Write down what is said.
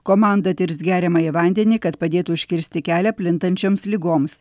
komanda tirs geriamąjį vandenį kad padėtų užkirsti kelią plintančioms ligoms